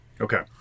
Okay